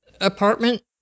apartment